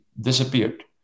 disappeared